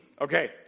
Okay